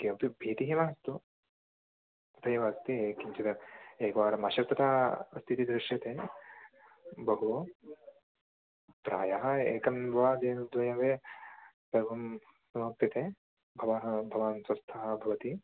किमपि भीतिः मास्तु अत्रैव अस्ति किञ्चिद् एकवारम् अशक्तता अस्तीति दृश्यते बहु प्रायः एकं वा दिनद्वयं वे सर्वं समाप्यते भवः भवान् स्वस्थः भवति